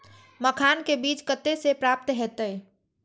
मखान के बीज कते से प्राप्त हैते?